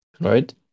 right